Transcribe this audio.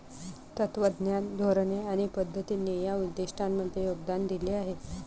तत्त्वज्ञान, धोरणे आणि पद्धतींनी या उद्दिष्टांमध्ये योगदान दिले आहे